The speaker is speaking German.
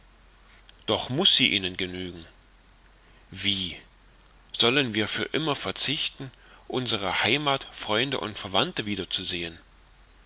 doch muß sie ihnen genügen wie sollen wir für immer verzichten unsere heimat freunde und verwandte wieder